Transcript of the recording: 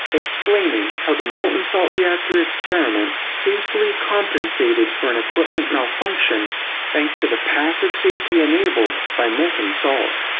explaining how the molten salt reactor experiment safely compensated for an equipment malfunction thanks to the passive safety enabled by molten salt.